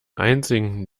einzigen